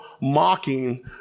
mocking